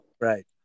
right